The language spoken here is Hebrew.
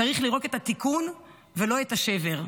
צריך לראות את התיקון ולא את השבר.